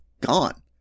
gone